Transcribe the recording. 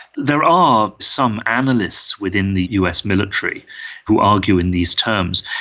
there are some analysts within the us military who argue in these terms.